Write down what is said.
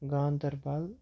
Ganderbal